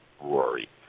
Rory